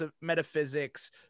metaphysics